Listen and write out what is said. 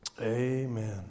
Amen